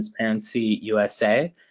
@transparencyusa